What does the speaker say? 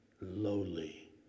lowly